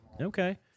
Okay